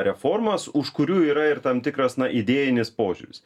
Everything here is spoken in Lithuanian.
reformas už kurių yra ir tam tikras na idėjinis požiūris